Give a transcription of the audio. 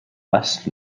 west